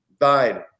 died